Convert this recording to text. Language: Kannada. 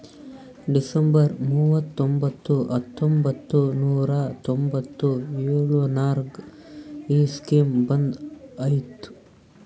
ಡಿಸೆಂಬರ್ ಮೂವತೊಂಬತ್ತು ಹತ್ತೊಂಬತ್ತು ನೂರಾ ತೊಂಬತ್ತು ಎಳುರ್ನಾಗ ಈ ಸ್ಕೀಮ್ ಬಂದ್ ಐಯ್ತ